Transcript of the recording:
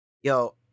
yo